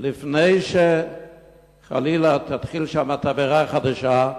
לפני שחלילה תתחיל שם תבערה חדשה,